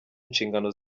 inshingano